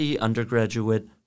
undergraduate